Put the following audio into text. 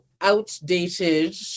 outdated